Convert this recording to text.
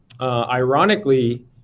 Ironically